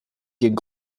gegen